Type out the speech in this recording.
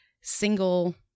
single